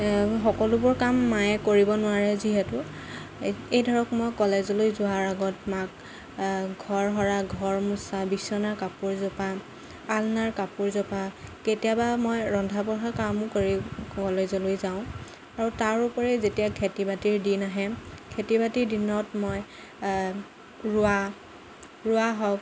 সকলোবোৰ কাম মায়ে কৰিব নোৱাৰে যিহেতু এই ধৰক মই কলেজলৈ যোৱাৰ আগত মাক ঘৰ সৰা ঘৰ মোচা বিছনা কাপোৰ জপা আলনাৰ কাপোৰ জপা কেতিয়াবা মই ৰন্ধা বঢ়াৰ কামো কৰি কলেজলৈ যাওঁ আৰু তাৰ উপৰি যেতিয়া খেতি বাতিৰ দিন আহে খেতি বাতিৰ দিনত মই ৰোৱা ৰোৱা হওক